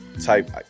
type